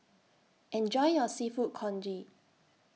Enjoy your Seafood Congee